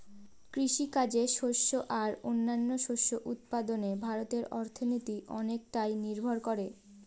কৃষিকাজে শস্য আর ও অন্যান্য শস্য উৎপাদনে ভারতের অর্থনীতি অনেকটাই নির্ভর করে